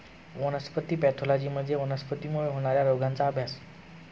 वनस्पती पॅथॉलॉजी म्हणजे वनस्पतींमुळे होणार्या रोगांचा अभ्यास